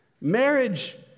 Marriage